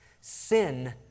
Sin